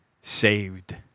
saved